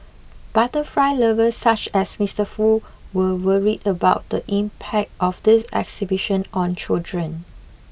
butterfly lovers such as Mister Foo were worried about the impact of this exhibition on children